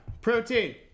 Protein